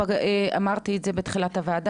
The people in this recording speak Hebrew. אמרתי את זה בתחילת הישיבה,